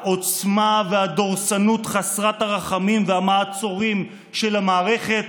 העוצמה והדורסנות חסרת הרחמים והמעצורים של המערכת,